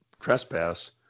trespass